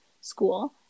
school